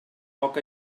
foc